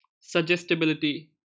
Suggestibility